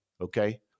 Okay